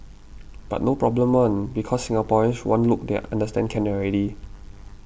but no problem one because Singaporeans one look they are understand can already